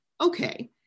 Okay